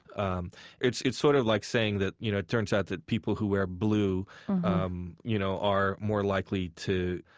um it's it's sort of like saying that you know it turns out that people who wear blue um you know are more likely to